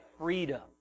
Freedom